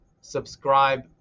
subscribe